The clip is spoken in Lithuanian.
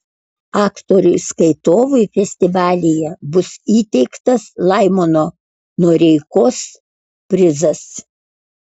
aktoriui skaitovui festivalyje bus įteiktas laimono noreikos prizas